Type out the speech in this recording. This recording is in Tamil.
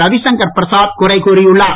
ரவிசங்கர் பிரசாத் குறை கூறியுள்ளார்